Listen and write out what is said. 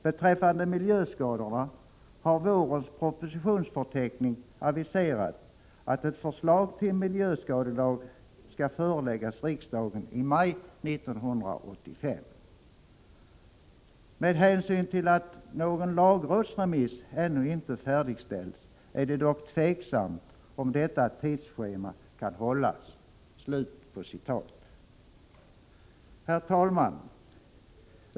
Beträffande miljöskadorna har i vårens propositionsförteckning aviserats att ett förslag till miljöskadelag skall föreläggas riksdagen i maj 1985. Med hänsyn till att någon lagrådsremiss ännu inte färdigställts är det dock tveksamt om detta tidsschema kan hållas.” Herr talman!